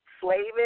slaving